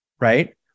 right